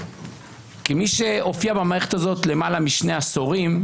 כמי שהופיע במערכת הזאת למעלה משני עשורים,